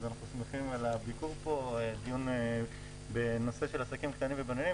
אנחנו שמחים על הביקור פה ועל הדיון בנושא של עסקים קטנים ובינוניים.